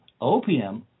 OPM